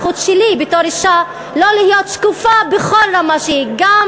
הזכות שלי בתור אישה לא להיות שקופה בכל רמה שהיא: גם